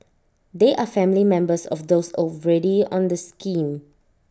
they are family members of those already on the scheme